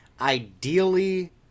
Ideally